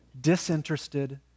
disinterested